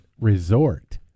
resort